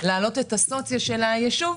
להעלות את המצב הסוציו-אקונומי של הישוב,